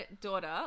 daughter